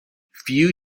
few